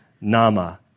Nama